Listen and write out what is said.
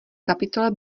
kapitole